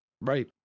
Right